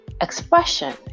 expression